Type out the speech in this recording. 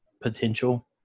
potential